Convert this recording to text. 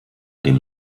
dem